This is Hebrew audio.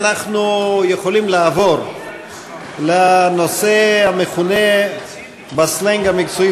אנחנו יכולים לעבור לנושא המכונה בסלנג המקצועי